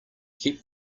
keep